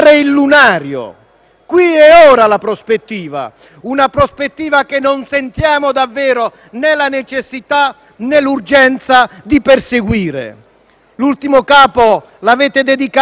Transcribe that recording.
qui e ora; una prospettiva che non sentiamo davvero né la necessità, né l'urgenza di perseguire. L'ultimo capo l'avete dedicato ai giochi.